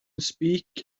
speak